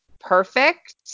perfect